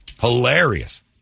Hilarious